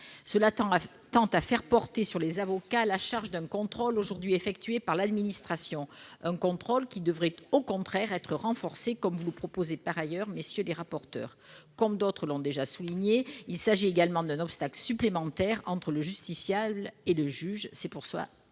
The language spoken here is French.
tend à faire porter sur les avocats la charge d'un contrôle aujourd'hui effectué par l'administration, un contrôle qui devrait, au contraire, être renforcé, comme vous le proposez par ailleurs, messieurs les rapporteurs. D'autres l'ont déjà souligné, il s'agit également d'un obstacle supplémentaire entre le justiciable et le juge. C'est pour ces raisons